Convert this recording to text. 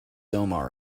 omar